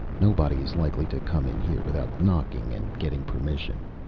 nobody is likely to come in here without knocking and getting permission.